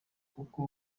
kuko